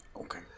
Okay